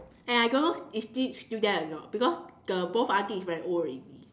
and I don't know if still still there or not because the both aunty is very old already